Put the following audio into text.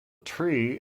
tree